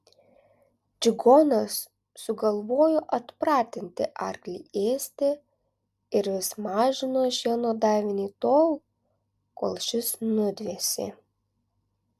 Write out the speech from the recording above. čigonas sugalvojo atpratinti arklį ėsti ir vis mažino šieno davinį tol kol šis nudvėsė